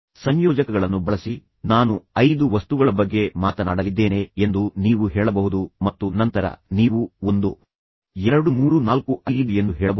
ಸಂಯೋಜಕಗಳನ್ನು ಬಳಸಿ ನಾನು ಐದು ವಸ್ತುಗಳ ಬಗ್ಗೆ ಮಾತನಾಡಲಿದ್ದೇನೆ ಎಂದು ನೀವು ಹೇಳಬಹುದು ಮತ್ತು ನಂತರ ನೀವು ಒಂದು ಎರಡು ಮೂರು ನಾಲ್ಕು ಐದು ಎಂದು ಹೇಳಬಹುದು